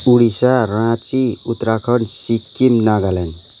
Odisha Ranchi Uttarakhand Sikkim Nagaland